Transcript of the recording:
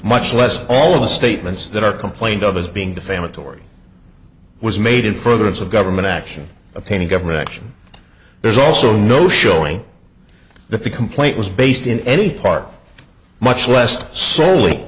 much less all of the statements that are complained of as being defamatory was made in furtherance of government action obtaining government action there's also no showing that the complaint was based in any part much less sole